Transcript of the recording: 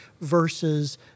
versus